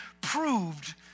proved